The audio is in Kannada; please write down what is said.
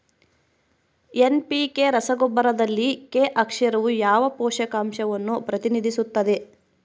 ಎನ್.ಪಿ.ಕೆ ರಸಗೊಬ್ಬರದಲ್ಲಿ ಕೆ ಅಕ್ಷರವು ಯಾವ ಪೋಷಕಾಂಶವನ್ನು ಪ್ರತಿನಿಧಿಸುತ್ತದೆ?